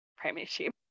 premiership